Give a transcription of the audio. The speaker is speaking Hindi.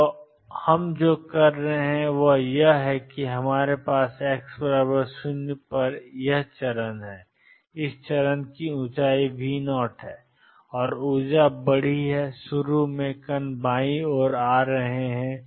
तो हम जो कर रहे हैं वह यह है कि हमारे पास x 0 पर यह चरण है इस चरण की ऊंचाई V0 है और ऊर्जा बड़ी है और शुरू में कण बाईं ओर से आ रहे हैं